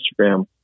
Instagram